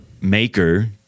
maker